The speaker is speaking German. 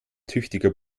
tüchtiger